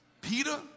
Peter